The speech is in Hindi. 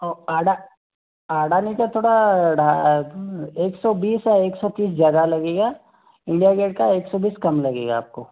वो अडा अडानी का थोड़ा एक सौ बीस और एक सौ तीस ज़्यादा लगेगा इंडिया गेट का एक सौ बीस कम लगेगा आप को